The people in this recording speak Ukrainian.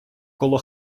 коло